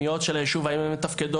היישובים